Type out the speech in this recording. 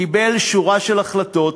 קיבל שורה של החלטות,